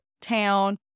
town